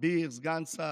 אביר סגן שר,